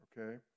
Okay